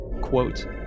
quote